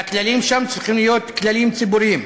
והכללים שם צריכים להיות כללים ציבוריים.